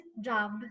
job